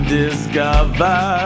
discover